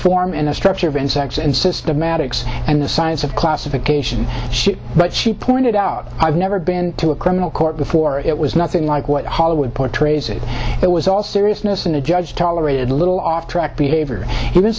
form in the structure of insects and systematics and the science of classification ship but she pointed out i've never been to a criminal court before it was nothing like what hollywood portrays it it was also and the judge tolerated a little off track behavior